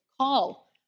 call